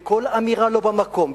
וכל אמירה לא במקום,